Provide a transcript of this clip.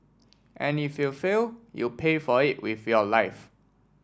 and if you fail you pay for it with your life